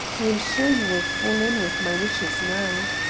i am sure you will fall in with my wishes now.